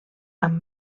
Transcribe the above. amb